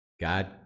God